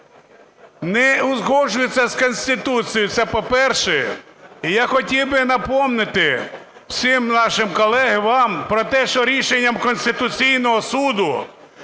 не узгоджуються з Конституцією, це по-перше. І я хотів би нагадати всім нашим колегам, вам про те, що рішенням Конституційного Суду